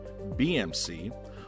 BMC